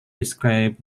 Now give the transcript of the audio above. described